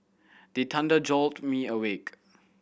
the thunder jolt me awake